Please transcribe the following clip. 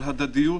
של הדדיות.